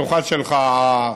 אני חייב לציין את היחס המיוחד שלך,